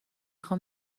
خوام